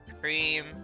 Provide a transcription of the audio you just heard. cream